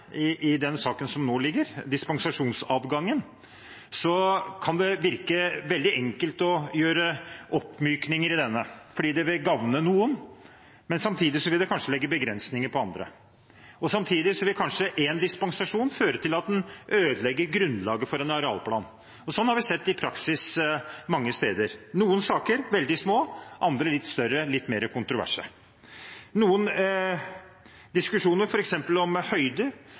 kjerner i den saken som nå ligger, dispensasjonsadgangen, kan det virke veldig enkelt å gjøre oppmykninger i denne, fordi det vil gagne noen. Men samtidig vil det kanskje legge begrensninger på andre, og én dispensasjon vil kunne føre til at en ødelegger grunnlaget for en arealplan. Det har vi sett i praksis mange steder – noen saker er veldig små, andre litt større, litt mer kontroversielle. Diskusjoner f.eks. om høyde